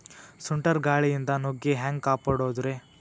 ಸುಂಟರ್ ಗಾಳಿಯಿಂದ ನುಗ್ಗಿ ಹ್ಯಾಂಗ ಕಾಪಡೊದ್ರೇ?